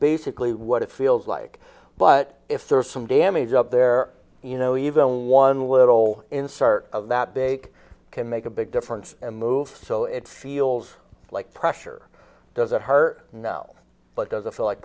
basically what it feels like but if there is some damage up there you know even one little insert of that big can make a big difference and move so it feels like pressure doesn't hurt but does it feel like